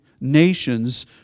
nations